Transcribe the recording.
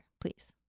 please